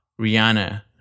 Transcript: Rihanna